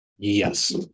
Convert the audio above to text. Yes